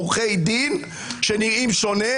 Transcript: אני מאוד הייתי שמח לשמוע קודם את עורך דין אבי חימי.